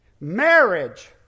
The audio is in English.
Marriage